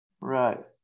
right